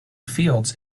fields